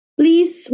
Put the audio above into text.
please